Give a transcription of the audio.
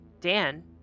dan